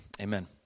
amen